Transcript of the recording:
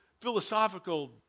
philosophical